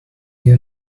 you